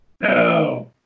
No